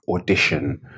audition